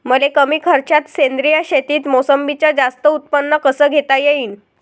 मले कमी खर्चात सेंद्रीय शेतीत मोसंबीचं जास्त उत्पन्न कस घेता येईन?